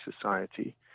Society